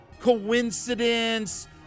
coincidence